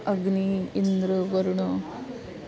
अग्निः इन्द्रः वरुणः